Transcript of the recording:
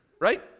right